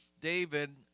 David